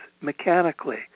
mechanically